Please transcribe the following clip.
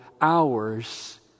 hours